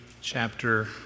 chapter